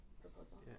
proposal